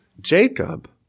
Jacob